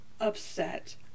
upset